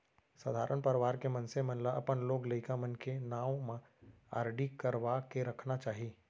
सधारन परवार के मनसे मन ल अपन लोग लइका मन के नांव म आरडी करवा के रखना चाही